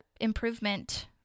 improvement